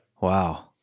Wow